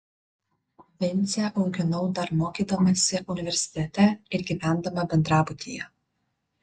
vincę auginau dar mokydamasi universitete ir gyvendama bendrabutyje